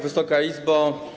Wysoka Izbo!